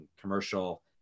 commercial